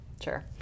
sure